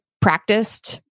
practiced